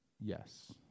yes